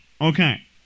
Okay